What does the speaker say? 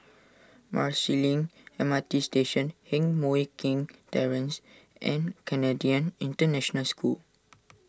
Marsiling M R T Station Heng Mui Keng Terrace and Canadian International School